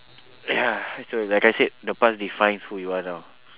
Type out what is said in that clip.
ya okay like I said the past defines who you are now